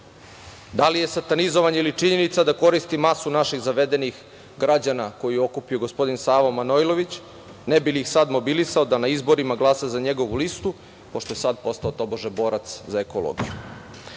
li je satanizovanje ili činjenica da koristi masu naših zavedenih građana koje je okupio gospodin Savo Manojlović, ne bili ih sad mobilisao da na izborima glasa za njegovu listu, pošto je sada postao, tobože borac za ekologiju? Poštovani